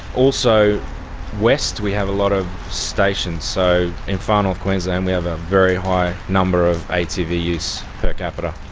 also west we have a lot of stations. so in far north queensland we have a very high number of atv use per capita.